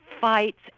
Fights